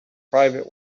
private